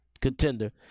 contender